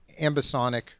ambisonic